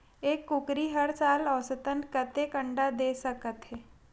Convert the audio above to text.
एक कुकरी हर साल औसतन कतेक अंडा दे सकत हे?